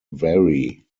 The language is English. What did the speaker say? vary